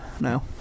now